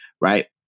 Right